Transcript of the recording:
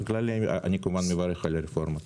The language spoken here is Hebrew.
בכללי אני כמובן אני מברך על הרפורמה.